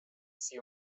sie